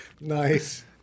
Nice